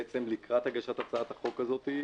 לקראת הגשת הצעת החוק הזו,